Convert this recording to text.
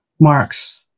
marks